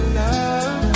love